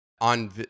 on